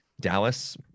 dallas